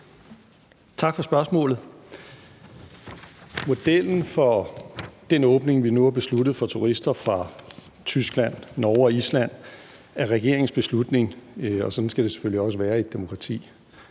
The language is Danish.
Tak for spørgsmålet. Modellen for den åbning, vi nu har besluttet for turister fra Tyskland, Norge og Island, hviler på regeringens beslutning, og sådan skal det selvfølgelig også være i et demokrati.